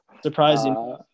Surprising